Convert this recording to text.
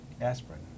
aspirin